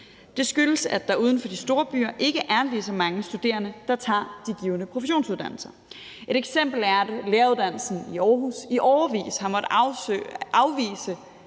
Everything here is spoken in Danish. Det skyldes, at der uden for de store byer ikke er lige så mange studerende, der tager de pågældende professionsuddannelser. Et eksempel er, at læreruddannelsen i Aarhus i årevis har måttet afvise